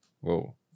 Whoa